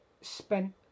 spent